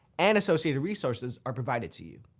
and associated resources are provided to you.